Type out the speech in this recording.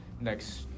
next